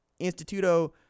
Instituto